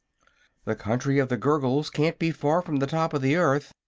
the country of the gurgles can't be far from the top of the earth,